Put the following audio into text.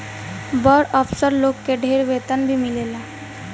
बड़ अफसर लोग के ढेर वेतन भी मिलेला